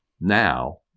now